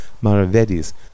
maravedis